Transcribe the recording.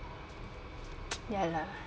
ya lah